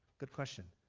good question.